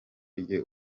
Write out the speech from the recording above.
rye